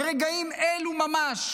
ברגעים אלו ממש